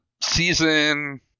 season